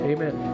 Amen